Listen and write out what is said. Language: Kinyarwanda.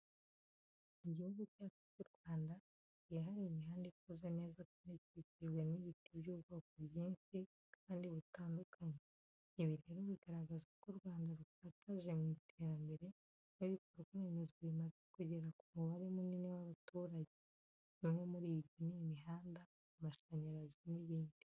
Mu gihugu cyacu cy'u Rwanda hagiye hari imihanda ikoze neza kandi ikikijwe n'ibiti by'ubwoko bwinshi kandi butandukanye. Ibi rero bigaragaza ko u Rwanda rukataje mu iterambere, aho ibikorwa remezo bimaze kugera ku mubare munini w'abaturage. Bimwe muri byo ni imihanda, amashanyarazi n'ibindi.